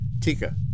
Tika